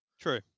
true